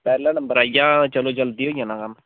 पैह्ला नंबर आइया चलो जल्दी होई जाना कम्म